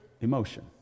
emotion